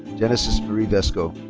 genesis marie vesco.